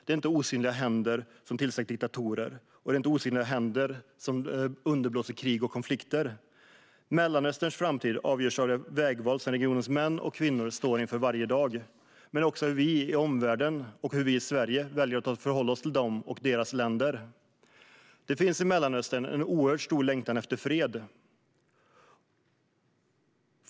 Det är inte osynliga händer som har tillsatt diktatorer, och det är inte osynliga händer som underblåser krig och konflikter. Mellanösterns framtid avgörs av de vägval som regionens män och kvinnor står inför varje dag men också av hur vi i omvärlden och hur vi i Sverige väljer att förhålla oss till dem och deras länder. I Mellanöstern finns en oerhört stark längtan efter fred.